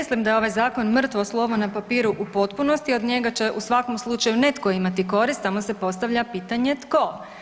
Ne mislim da je ovaj zakon mrtvo slovo na papiru u potpunosti, od njega će u svakom slučaju netko imati korist, samo se postavlja pitanje tko?